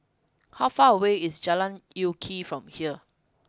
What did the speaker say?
how far away is Jalan Lye Kwee from here